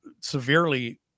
severely